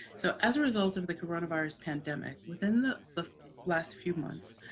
so as a result of the coronavirus pandemic within the the last few months,